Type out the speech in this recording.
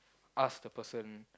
ask the person